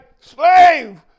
slave